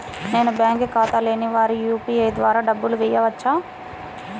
నేను బ్యాంక్ ఖాతా లేని వారికి యూ.పీ.ఐ ద్వారా డబ్బులు వేయచ్చా?